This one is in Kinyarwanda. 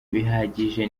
bihagije